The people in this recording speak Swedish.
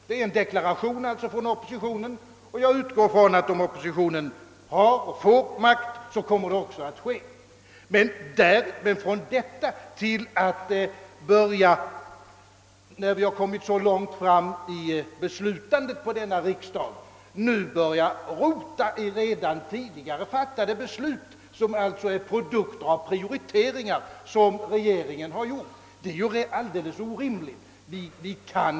Det är en deklaration från oppositionen. Jag utgår ifrån, att om oppositionen får makt så kommer en sådan höjning att genomföras. Men därifrån är steget långt till att så här sent under riksdagssessionen börja rota i redan fattade beslut, som är en produkt av prioriteringar som regeringen gjort. Något sådant vore alldeles orimligt.